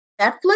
Netflix